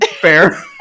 fair